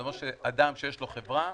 זה אומר שאדם שיש לו חברה,